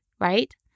right